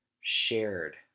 shared